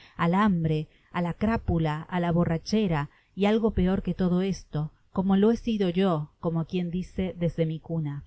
frio al hambre á la crápula á la borrachera y algo peor que todo esto como lo he sido yo como quien dice desde mi cuna